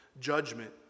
judgment